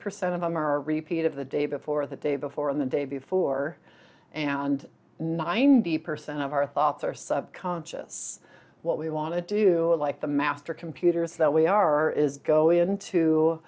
percent of them are repeat of the day before the day before and the day before and ninety percent of our thoughts are sub conscious what we want to do like the master computers that we are is go into